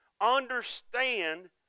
understand